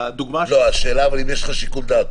אבל השאלה היא האם יש לך פה שיקול דעת.